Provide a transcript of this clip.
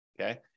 okay